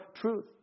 truth